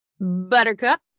Buttercup